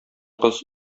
кыз